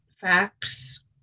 facts